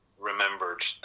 remembered